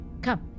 Come